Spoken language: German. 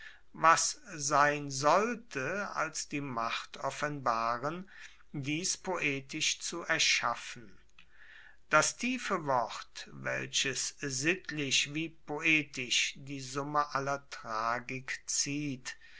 was sein sollte als die macht offenbaren dies poetisch zu erschaffen das tiefe wort welches sittlich wie poetisch die summe aller tragik zieht